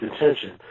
attention